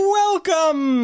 welcome